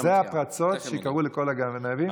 אלו הפרצות שקראו לכל הגנבים,